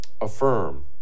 Affirm